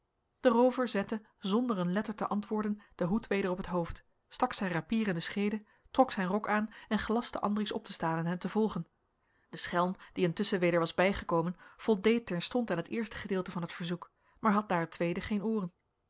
de roover zette zonder een letter te antwoorden den hoed weder op het hoofd stak zijn rapier in de scheede trok zijn rok aan en gelastte andries op te staan en hem te volgen de schelm die intusschen weder was bijgekomen voldeed terstond aan het eerste gedeelte van het verzoek maar had naar het tweede geen ooren